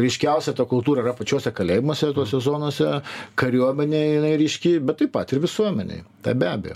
ryškiausia ta kultūra yra pačiuose kalėjimuose tuose zonose kariuomenėj jinai ryški bet taip pat ir visuomenėj tai be abejo